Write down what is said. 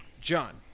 John